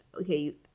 okay